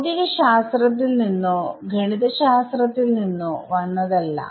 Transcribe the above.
ഭൌതികശാസ്ത്രത്തിൽ നിന്നോ ഗണിതശാസ്ത്രത്തിൽ നിന്നോ വന്നതല്ല